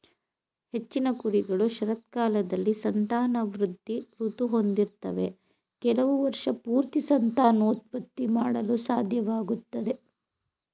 ಹೆಚ್ಚಿನ ಕುರಿಗಳು ಶರತ್ಕಾಲದಲ್ಲಿ ಸಂತಾನವೃದ್ಧಿ ಋತು ಹೊಂದಿರ್ತವೆ ಕೆಲವು ವರ್ಷಪೂರ್ತಿ ಸಂತಾನೋತ್ಪತ್ತಿ ಮಾಡಲು ಸಾಧ್ಯವಾಗ್ತದೆ